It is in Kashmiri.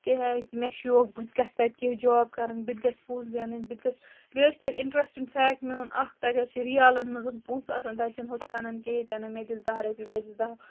کیٛازِ مےٚ شوقہٕ بہٕ تہِ گژھٕ تَتہِ کیٚنٛہہ جاب کَرٕنۍ بہٕ تہِ گژھٕ پۅنٛسہٕ زینٕنۍ بہٕ تہِ گژھٕ بیٚیہِ حظ چھِ تَتہِ اِنٹرٛسٹِنٛگ فیکٹ میٛون اَکھ تتہِ حظ چھِ رِیالن منٛز پۅنٛسہٕ آسان تَتہِ چھِنہٕ ہُتھٕ کٔنٮ۪ن کِہیٖنۍ تہِ نہٕ مےٚ دِژ دَہ رۄپیہِ مےٚ دِ دَہ